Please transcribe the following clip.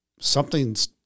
something's